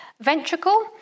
ventricle